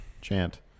chant